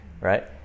right